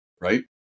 Right